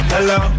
Hello